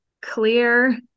clear